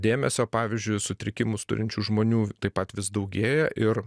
dėmesio pavyzdžiui sutrikimus turinčių žmonių taip pat vis daugėja ir